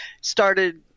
started